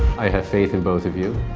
i have faith in both of you.